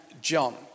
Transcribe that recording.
John